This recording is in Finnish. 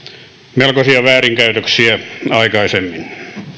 melkoisia väärinkäytöksiä aikaisemmin